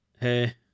hey